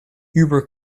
uber